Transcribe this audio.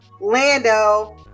Lando